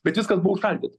bet viskas buvo užšaldyta